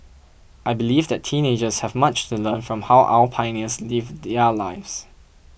I believe that teenagers have much to learn from how our pioneers lived their lives